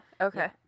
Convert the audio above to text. Okay